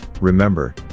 remember